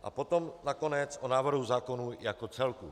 A potom nakonec o návrhu zákona jako celku.